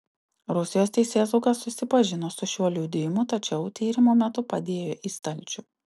rusijos teisėsauga susipažino su šiuo liudijimu tačiau tyrimo metu padėjo į stalčių